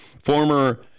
Former